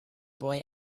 boy